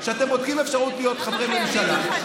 שאתם בודקים אפשרות להיות חברי ממשלה,